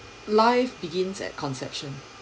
life begins at conception